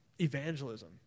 Evangelism